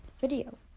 video